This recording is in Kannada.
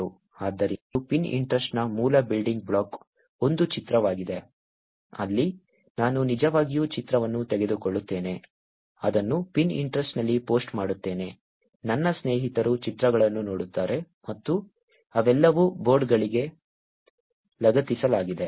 ಆದ್ದರಿಂದ ಇದು Pinterest ನ ಮೂಲ ಬಿಲ್ಡಿಂಗ್ ಬ್ಲಾಕ್ ಒಂದು ಚಿತ್ರವಾಗಿದೆ ಅಲ್ಲಿ ನಾನು ನಿಜವಾಗಿಯೂ ಚಿತ್ರವನ್ನು ತೆಗೆದುಕೊಳ್ಳುತ್ತೇನೆ ಅದನ್ನು Pinterest ನಲ್ಲಿ ಪೋಸ್ಟ್ ಮಾಡುತ್ತೇನೆ ನನ್ನ ಸ್ನೇಹಿತರು ಚಿತ್ರಗಳನ್ನು ನೋಡುತ್ತಾರೆ ಮತ್ತು ಅವೆಲ್ಲವೂ ಬೋರ್ಡ್ಗಳಿಗೆ ಲಗತ್ತಿಸಲಾಗಿದೆ